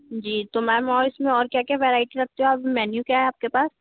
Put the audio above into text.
जी तो मैम और इसमें और क्या क्या वेरायटी रखते हो आप मेन्यू क्या है आपके पास